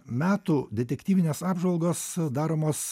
metų detektyvinės apžvalgos daromos